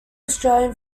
australian